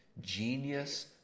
genius